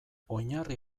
oinarri